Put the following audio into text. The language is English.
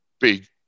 big